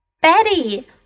Betty